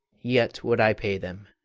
yet would i pay them!